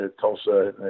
Tulsa